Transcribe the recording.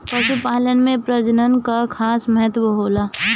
पशुपालन में प्रजनन कअ खास महत्व होला